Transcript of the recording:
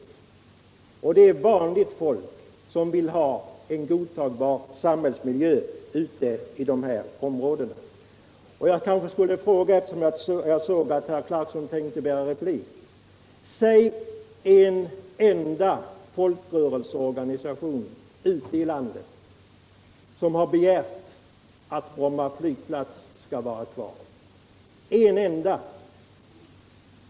Det Stockholmsregioär vanligt folk som vill ha en godtagbar samhällsmiljö ute i dessa om = nen råden. Kan Rolf Clarkson nämna en enda folkrörelseorganisation ute i landet som har begärt att Bromma flygplats skall vara kvar?